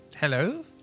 Hello